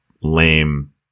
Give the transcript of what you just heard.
lame